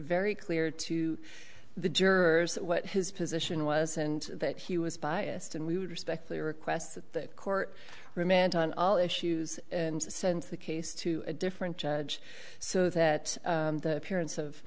very clear to the jurors what his position was and that he was biased and we would respectfully request that the court remand on all issues and send the case to a different judge so that the appearance of